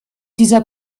dieser